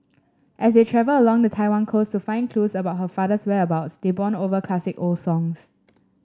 as they travel along the Taiwan coast to find clues about her father's whereabouts they bond over classic old songs